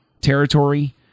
territory